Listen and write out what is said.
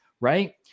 right